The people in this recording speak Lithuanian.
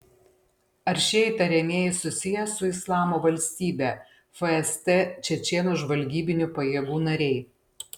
ar šie įtariamieji susiję su islamo valstybe fst čečėnų žvalgybinių pajėgų nariai